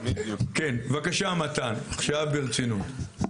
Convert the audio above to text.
כן, בבקשה, מתן, עכשיו ברצינות.